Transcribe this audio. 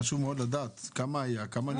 חשוב מאוד לדעת כמה היה, כמה נשאר.